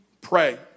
pray